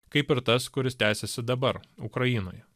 kaip ir tas kuris tęsiasi dabar ukrainoje